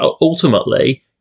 ultimately